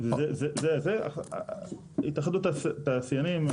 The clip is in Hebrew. התאחדות התעשיינים,